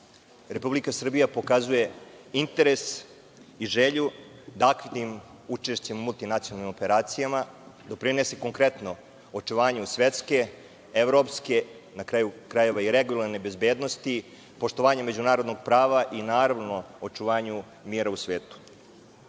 Republika Srbija pokazuje interes i želju da aktivnim učešćem u multinacionalnim operacijama doprinese konkretno očuvanju svetske, evropske, na kraju krajeva i regionalne bezbednosti, poštovanje međunarodnog prava i naravno, očuvanju mira u